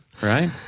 Right